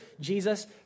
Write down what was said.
Jesus